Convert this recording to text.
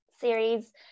series